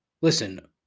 Listen